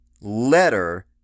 letter